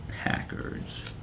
Packers